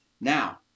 Now